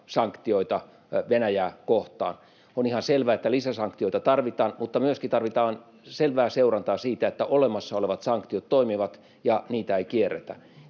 sanktioita Venäjää kohtaan. On ihan selvä, että lisäsanktioita tarvitaan, mutta myöskin tarvitaan selvää seurantaa siitä, että olemassa olevat sanktiot toimivat ja niitä ei kierretä.